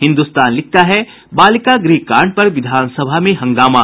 हिन्द्रस्तान लिखता है बालिका गृह कांड पर विधानसभा में हंगामा